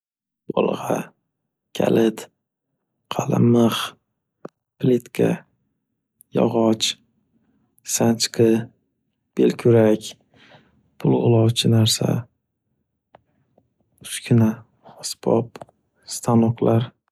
Bolg'a, kalit, qalimmiq, plitka, yog'och, sanchqi, belkurak, pulg'ilovchi narsa, uskuna, asbob, stanoqlar.